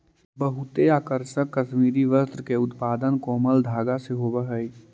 बहुते आकर्षक कश्मीरी वस्त्र के उत्पादन कोमल धागा से होवऽ हइ